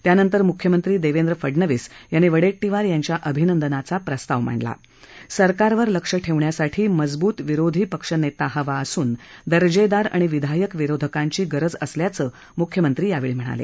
त्यांनतर मुख्यमंत्री देवेंद्र फडनवीस यांनी वडेट्टीवार यांच्या अभिनंदनाचा प्रस्ताव मांडला सरकारवर लक्ष ठेवण्यासाठी मजबूत विरोधी पक्षनेता हवा असून दर्जेदार आणि विधायक विरोधकांची गरज असल्याचं मुख्यमंत्री म्हणाले